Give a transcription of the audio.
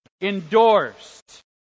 endorsed